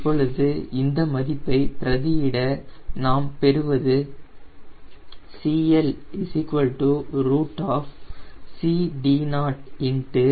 இப்பொழுது இந்த மதிப்பை பிரதியிட நாம் பெறுவது CL CD0 𝜋𝐴𝑅𝑒 0